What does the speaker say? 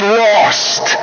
lost